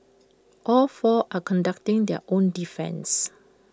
all four are conducting their own defence